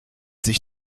sich